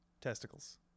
testicles